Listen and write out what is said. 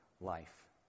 life